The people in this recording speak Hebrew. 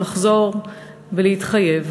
לחזור ולהתחייב,